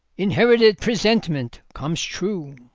inherited presentiment comes true.